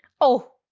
oh,